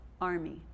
army